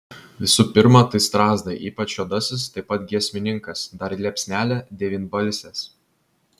visų pirma tai strazdai ypač juodasis taip pat giesmininkas dar liepsnelė devynbalsės